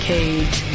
Cage